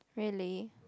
really